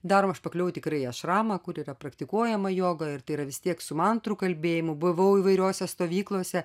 daroma aš pakliuvau tikrai į ašramą kur yra praktikuojama joga ir tai yra vis tiek su mantrų kalbėjimu buvau įvairiose stovyklose